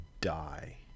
die